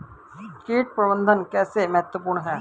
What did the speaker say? कीट प्रबंधन कैसे महत्वपूर्ण है?